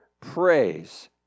praise